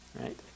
right